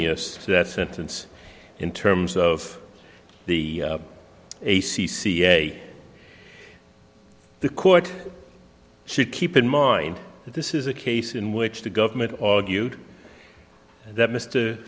years that sentence in terms of the a c c a the court should keep in mind that this is a case in which the government argued that mr